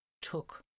took